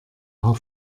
paar